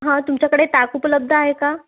हां तुमच्याकडे ताक उपलब्ध आहे का